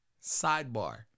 Sidebar